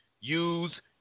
use